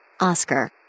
Oscar